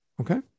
Okay